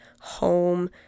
home